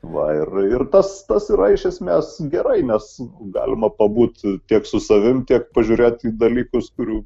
va ir ir tas tas yra iš esmės gerai nes galima pabūti tiek su savim tiek pažiūrėt į dalykus kurių